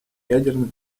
ядерных